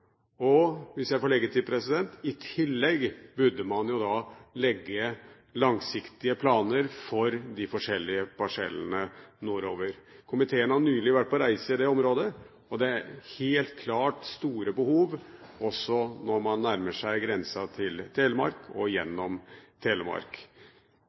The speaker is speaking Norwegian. Og, hvis jeg får legge til: I tillegg burde man jo legge langsiktige planer for de forskjellige parsellene nordover. Komiteen har nylig vært på reise i dette området, og det er helt klart store behov også når man nærmer seg grensen til Telemark – og